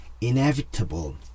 inevitable